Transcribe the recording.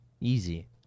Easy